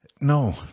No